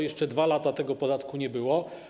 Jeszcze 2 lata temu tego podatku nie było.